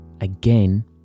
again